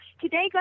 today